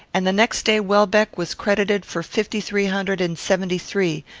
and the next day welbeck was credited for fifty-three hundred and seventy-three,